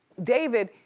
david,